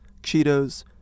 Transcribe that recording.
Cheetos